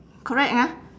correct ah